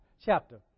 Chapter